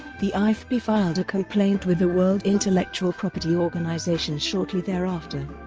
the ifpi filed a complaint with the world intellectual property organisation shortly thereafter,